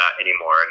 anymore